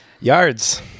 yards